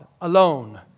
alone